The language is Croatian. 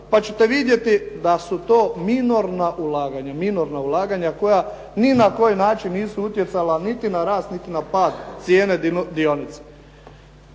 pa ćete vidjeti da su to minorna ulaganja, minorna ulaganja koja ni na koji način nisu utjecala niti na rast, niti na pad cijene dionica.